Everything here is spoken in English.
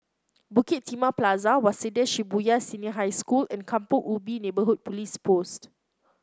Bukit Timah Plaza Waseda Shibuya Senior High School and Kampong Ubi Neighbourhood Police Post